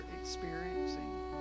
experiencing